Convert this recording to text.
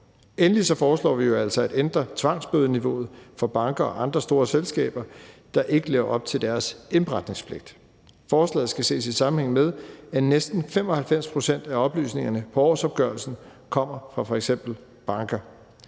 Endelig foreslår vi jo altså at ændre tvangsbødeniveauet for banker og andre store selskaber, der ikke lever op til deres indberetningspligt. Forslaget skal ses, i sammenhæng med at næsten 95 pct. af oplysningerne på årsopgørelsen kommer fra f.eks. banker.